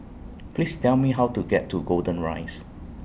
Please Tell Me How to get to Golden Rise